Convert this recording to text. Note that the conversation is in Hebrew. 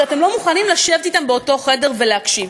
כשאתם לא מוכנים לשבת אתם באותו חדר ולהקשיב.